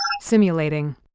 Simulating